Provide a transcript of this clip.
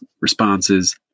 responses